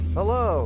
Hello